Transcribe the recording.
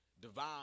divine